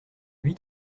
lui